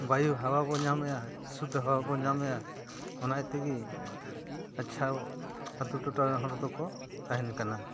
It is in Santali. ᱵᱟᱭᱩ ᱦᱟᱣᱟ ᱵᱚᱱ ᱧᱟᱢ ᱮᱫᱟ ᱥᱩᱫᱽᱫᱷᱚ ᱦᱟᱣᱟᱵᱚᱱ ᱧᱟᱢ ᱮᱫᱟ ᱚᱱᱟᱛᱮᱜᱮ ᱟᱪᱪᱷᱟ ᱟᱛᱳ ᱴᱚᱴᱷᱟᱨᱮᱱ ᱦᱚᱲ ᱫᱚᱠᱚ ᱛᱟᱦᱮᱱ ᱠᱟᱱᱟ